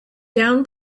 down